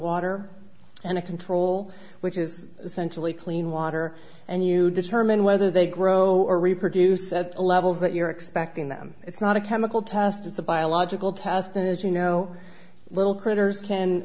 water and a control which is essentially clean water and you determine whether they grow or reproduce at the levels that you're expecting them it's not a chemical test it's a biological task that you know little critters can